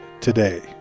today